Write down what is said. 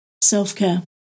self-care